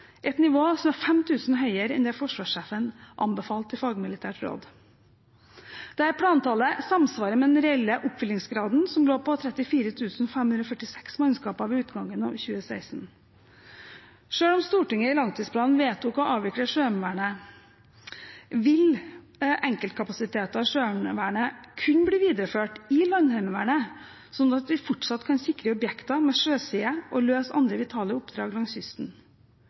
et nivå som er 5 000 høyere enn det forsvarssjefens anbefalte i fagmilitært råd. Dette plantallet samsvarer med den reelle oppfyllingsgraden som lå på 34 546 mannskaper ved utgangen av 2016. Selv om Stortinget i langtidsplanen vedtok å avvikle Sjøheimevernet, vil enkeltkapasiteter i Sjøheimevernet kunne bli videreført i Landheimevernet, slik at vi fortsatt kan sikre objekter med sjøside og løse andre vitale oppdrag langs kysten.